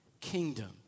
kingdom